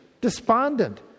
Despondent